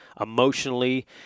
emotionally